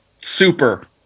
super